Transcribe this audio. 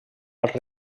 als